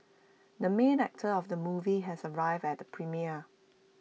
the main actor of the movie has arrived at premiere